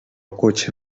cotxe